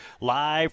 live